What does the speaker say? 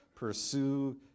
Pursue